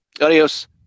Adios